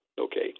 okay